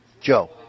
Joe